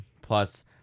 plus